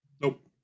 Nope